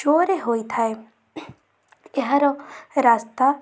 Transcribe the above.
ଜୋରେ ହୋଇଥାଏ ଏହାର ରାସ୍ତା